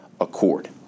accord